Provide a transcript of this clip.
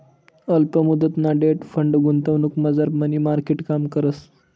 अल्प मुदतना debt fund गुंतवणुकमझार मनी मार्केट काम करस